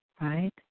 right